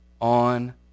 on